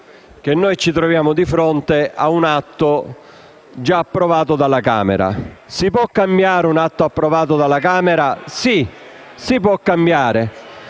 che ci troviamo di fronte a un atto già approvato dalla Camera. Si può cambiare un atto approvato dalla Camera? CALIENDO *(FI-PdL